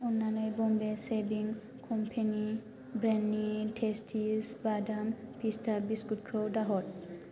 अन्नानै बम्बे शेभिं कम्पानि ब्रेन्डनि टेस्टिस बादाम पिस्ता बिस्कुटखौ दा हर